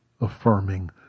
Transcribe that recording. affirming